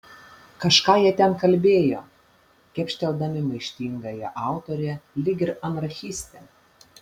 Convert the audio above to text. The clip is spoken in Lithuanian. kažką jie ten kalbėjo kepšteldami maištingąją autorę lyg ir anarchistę